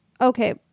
Okay